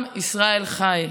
עם ישראל חי.